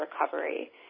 recovery